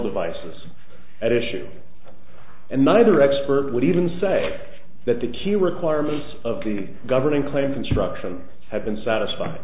devices at issue another expert would even say that the key requirements of the governing claim construction have been satisfied